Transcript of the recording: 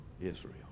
Israel